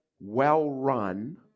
well-run